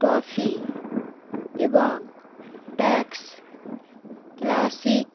toffee এবং tax classic